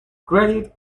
credit